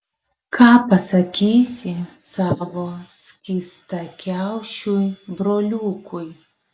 ką pasakysi savo skystakiaušiui broliukui